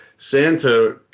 santa